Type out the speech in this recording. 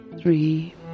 three